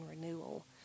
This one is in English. renewal